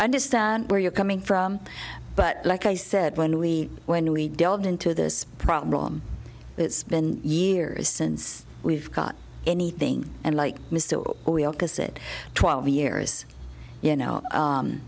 understand where you're coming from but like i said when we when we delved into this problem it's been years since we've got anything and like mr is it twelve years you know